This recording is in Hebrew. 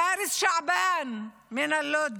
פאריס שעבאן מלוד,